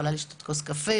יכולה לשתות כוס קפה,